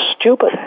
stupid